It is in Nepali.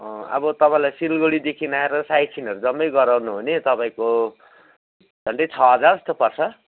अब तपाईँलाई सिलगुडीदेखिन् आएर साइट सिनहरू जम्मै गराउनु हो भने तपाईँको झन्डै छ हजार जस्तो पर्छ